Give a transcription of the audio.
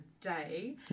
day